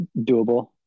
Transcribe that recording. doable